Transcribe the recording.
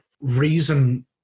reason